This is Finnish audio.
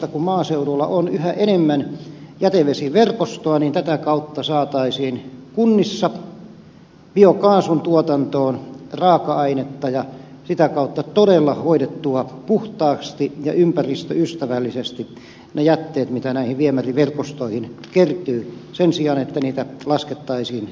kun maaseudulla on yhä enemmän jätevesiverkostoa niin tätä kautta saataisiin kunnissa biokaasun tuotantoon raaka ainetta ja sitä kautta todella hoidettua puhtaasti ja ympäristöystävällisesti ne jätteet mitä näihin viemäriverkostoihin kertyy sen sijaan että niitä laskettaisiin vesistöön